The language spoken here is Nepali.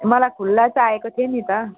मलाई खुल्ला चाहिएको थियो नि त